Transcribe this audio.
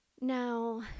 now